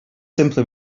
simply